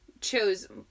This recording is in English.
chose